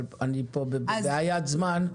אבל אני פה בבעיית זמן.